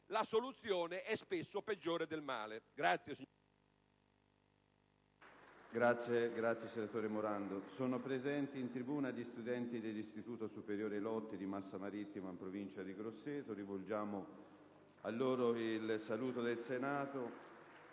la soluzione è spesso peggiore del male.